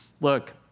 look